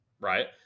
right